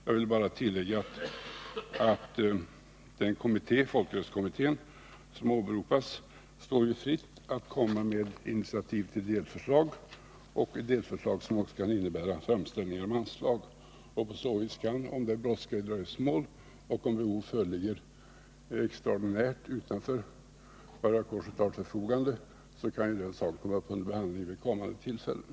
Jag vill bara tillägga att det står den kommitté som åberopas, folkrättskommittén, fritt att ta initiativ till delförslag, som också kan innebära framställningar om anslag. På så vis kan, om det är fara i dröjsmål och om behov föreligger, frågan om anslag extra ordinärt utöver vad Röda korset har till förfogande tas upp till behandling vid kommande tillfällen.